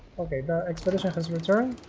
okay the expedition has returned